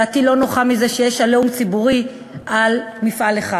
דעתי לא נוחה מזה שיש "עליהום" ציבורי על מפעל אחד,